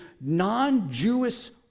non-Jewish